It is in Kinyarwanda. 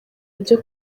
bya